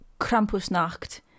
Krampusnacht